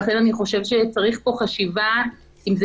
ולכן אני חושבת שצריך פה חשיבה אם זה